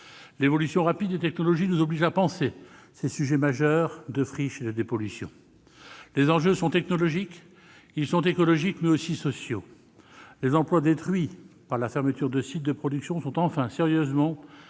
L'évolution rapide des technologies nous oblige à penser les sujets majeurs que sont les friches et la dépollution. Les enjeux sont technologiques, écologiques, mais aussi sociaux. Les emplois détruits par la fermeture de sites de production sont enfin sérieusement